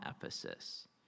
Ephesus